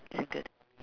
single th~